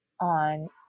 on